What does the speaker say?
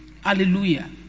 hallelujah